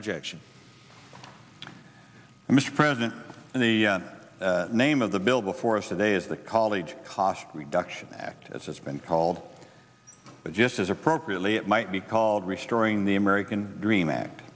objection mr president and the name of the bill before us today is the college cost reduction act as it's been called but just as appropriately it might be called restoring the american dream act